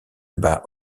bat